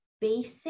basic